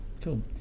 Cool